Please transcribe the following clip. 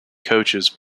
coaches